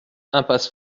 impasse